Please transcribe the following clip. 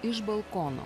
iš balkono